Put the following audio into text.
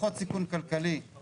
פחות סיכון כלכלי.